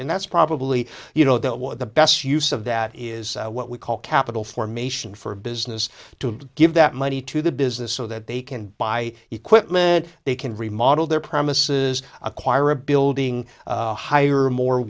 and that's probably you know that was the best use of that is what we call capital formation for business to give that money to the business so that they can buy equipment they can remodel their premises acquire a building hire more